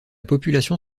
population